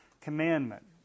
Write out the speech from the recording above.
commandment